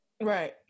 Right